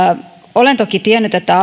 olen toki tiennyt että